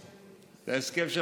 מסכים, זה הסכם שלי.